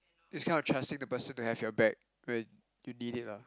its kind of like trusting the person to have your back when you need it lah